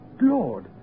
Lord